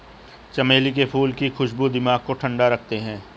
चमेली के फूल की खुशबू दिमाग को ठंडा रखते हैं